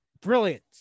brilliant